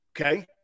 Okay